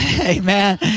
Amen